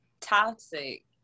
toxic